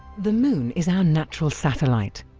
the moon is our natural satellite,